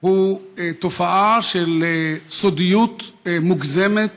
הוא תופעה של סודיות מוגזמת